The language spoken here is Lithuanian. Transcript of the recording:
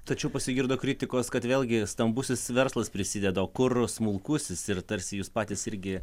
tačiau pasigirdo kritikos kad vėlgi stambusis verslas prisideda kur smulkusis ir tarsi jūs patys irgi